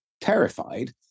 terrified